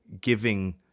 giving